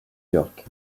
york